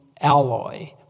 alloy